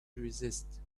resist